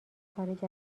خارج